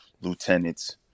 lieutenants